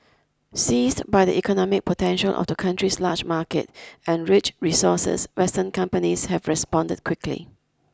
seized by the economic potential of the country's large market and rich resources Western companies have responded quickly